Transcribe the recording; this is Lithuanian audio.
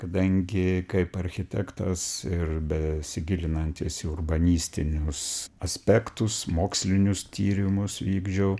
kadangi kaip architektas ir besigilinantis į urbanistinius aspektus mokslinius tyrimus vykdžiau